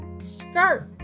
skirt